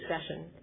session